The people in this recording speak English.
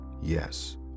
Yes